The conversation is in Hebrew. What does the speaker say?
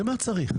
למה צריך?